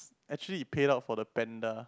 actually it paid out for the panda